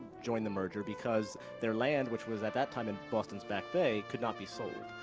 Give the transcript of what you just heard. join the merger because their land, which was at that time in boston's back bay, could not be sold.